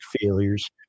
failures